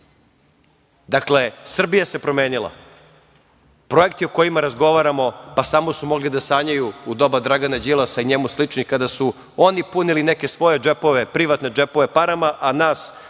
Srbije. Dakle, Srbija se promenila. Projekti o kojima razgovaramo, pa samo su mogli da sanjaju u doba Dragana Đilasa i njemu sličnih, kada su oni punili neke svoje džepove, privatne džepove parama, a nas